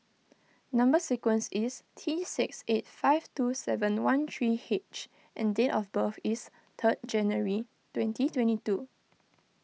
Number Sequence is T six eight five two seven one three H and date of birth is third January twenty twenty two